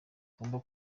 igomba